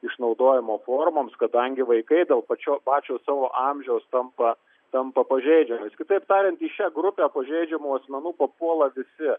išnaudojimo formoms kadangi vaikai dėl pačios pačio savo amžiaus tampa tampa pažeidžiami kitaip tariant į šią grupę pažeidžiamų asmenų papuola visi